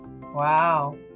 Wow